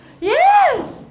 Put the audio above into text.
yes